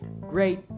great